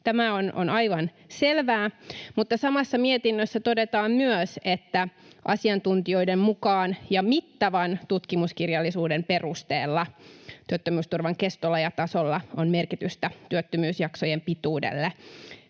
Tämä on aivan selvää. Mutta samassa mietinnössä todetaan myös, että asiantuntijoiden mukaan ja mittavan tutkimuskirjallisuuden perusteella työttömyysturvan kestolla ja tasolla on merkitystä työttömyysjaksojen pituudelle